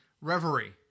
Reverie